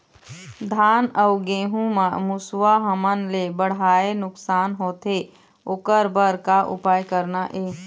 धान अउ गेहूं म मुसवा हमन ले बड़हाए नुकसान होथे ओकर बर का उपाय करना ये?